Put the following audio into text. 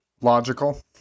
Logical